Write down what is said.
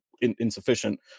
insufficient